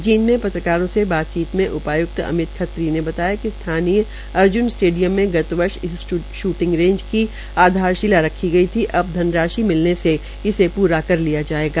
जींद में पत्रकारों से बातचीत में उपाय्क्त अमित खत्री ने बताया कि स्थानीय अर्ज्न स्टेडियम में गत वर्ष एक श्रेटिंग रेंज की आधार शिला रखी गई थी अब धनराशि मिलने से इसे पूरा कर लिया जायेगा